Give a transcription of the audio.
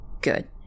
Good